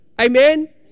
Amen